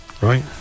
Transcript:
Right